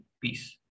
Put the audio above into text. Peace